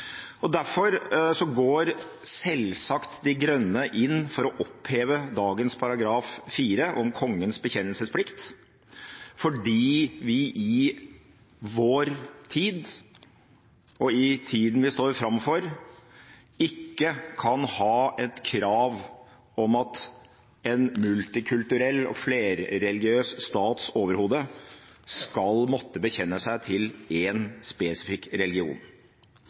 å oppheve dagens § 4 om kongens bekjennelsesplikt, fordi vi i vår tid og i tiden vi står foran, ikke kan ha et krav om at en multikulturell og flerreligiøs stats overhode skal måtte bekjenne seg til én spesifikk religion.